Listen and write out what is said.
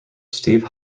steve